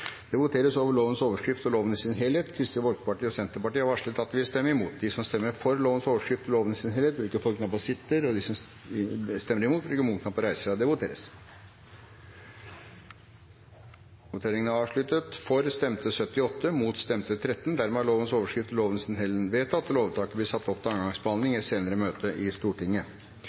Det voteres over lovens overskrift og loven i sin helhet. Kristelig Folkeparti og Senterpartiet har varslet at de vil stemme imot. Lovvedtaket vil bli satt opp til andre gangs behandling i et senere møte i Stortinget.